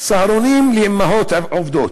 צהרונים לאימהות עובדות.